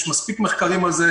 יש מספיק מחקרים על זה,